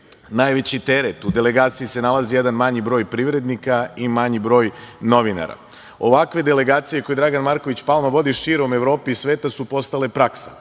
najveći teret. U delegaciji se nalazi jedan manji broj privrednika i manji broj novinara. Ovakve delegacije koje Dragan Marković Palma vodi širom Evrope i sveta su postale praksa,